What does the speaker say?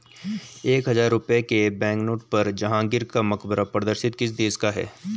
एक हजार रुपये के बैंकनोट पर जहांगीर का मकबरा प्रदर्शित किस देश का है?